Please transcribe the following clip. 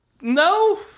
No